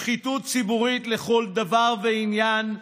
שחיתות ציבורית לכל דבר ועניין,